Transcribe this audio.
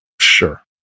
Sure